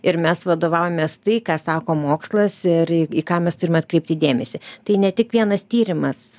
ir mes vadovavomės tai ką sako mokslas ir į ką mes turime atkreipti dėmesį tai ne tik vienas tyrimas